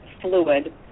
fluid